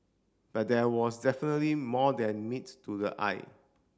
but there was definitely more than meets to the eye